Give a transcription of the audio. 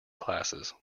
classes